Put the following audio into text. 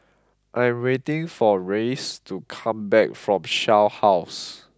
I am waiting for Rhys to come back from Shell House